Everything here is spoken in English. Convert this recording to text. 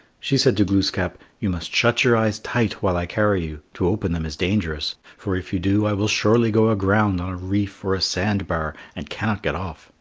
she said to glooskap you must shut your eyes tight while i carry you to open them is dangerous, for, if you do, i will surely go aground on a reef or a sand bar and cannot get off,